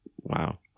wow